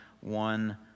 one